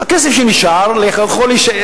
הכסף שנשאר יכול להישאר.